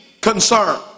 concern